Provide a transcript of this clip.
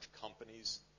companies